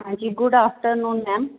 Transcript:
ਹਾਂਜੀ good afternoon ma'am